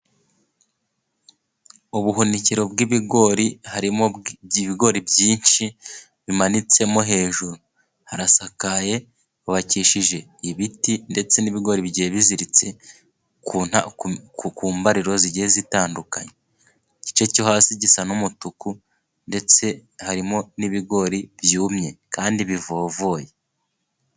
Ubuhunikiro bw'ibigori, harimo ibigori byinshi bimanitsemo. Hejuru harasakaye, bubakishije ibiti ndetse n'ibigori bigiye biziritse ku mbariro zigiye zitandukanye. Igice cyo hasi gisa n'umutuku ndetse harimo n'ibigori byumye kandi bivovoye.